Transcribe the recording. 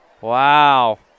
Wow